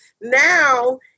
now